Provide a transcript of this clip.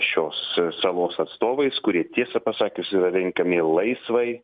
šios salos atstovais kurie tiesą pasakius yra renkami laisvai